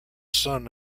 son